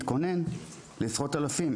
להתכונן לעשרות אלפים,